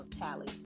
tally